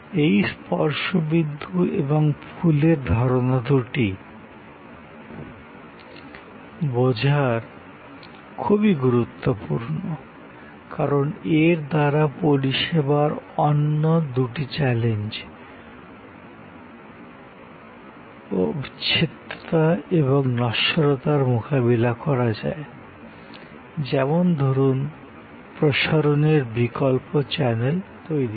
এই স্পর্শ বিন্দু এবং প্রবাহের র ধারণা দুটি বোঝা খুবই গুরুত্বপূর্ণ কারণ এর দ্বারা পরিষেবার অন্য দুটি চ্যালেঞ্জ অবিচ্ছেদ্যতা এবং নশ্বরতার মোকাবিলা করা যায় যেমন ধরুন প্রসারণের বিকল্প চ্যানেল তৈরী করে